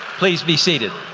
please be seated.